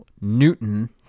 Newton